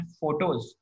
photos